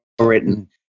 written